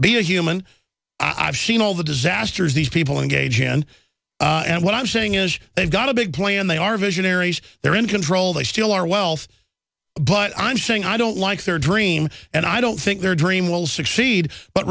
be a human i've seen all the disasters these people engage in and what i'm saying is they've got a big plan they are visionaries they're in control they steal our wealth but i'm saying i don't like their dream and i don't think their dream will succeed but